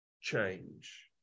change